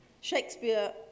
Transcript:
Shakespeare